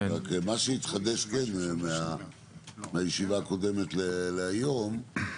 מה שנתחדש מהישיבה הקודמת להיום,